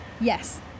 Yes